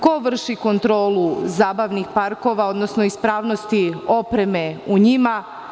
Ko vrši kontrolu zabavnih parkova, odnosno ispravnosti opreme u njima?